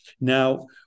Now